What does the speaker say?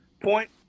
point